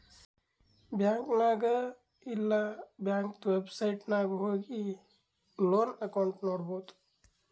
bank ನಾಗ್ ಇಲ್ಲಾ ಬ್ಯಾಂಕ್ದು ವೆಬ್ಸೈಟ್ ನಾಗ್ ಹೋಗಿ ಲೋನ್ ಅಕೌಂಟ್ ನೋಡ್ಬೋದು